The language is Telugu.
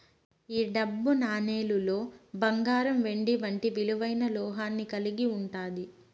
ఈ డబ్బు నాణేలులో బంగారం వెండి వంటి విలువైన లోహాన్ని కలిగి ఉంటాది